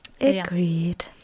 Agreed